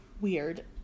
weird